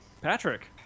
Patrick